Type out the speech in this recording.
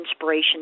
inspiration